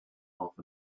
half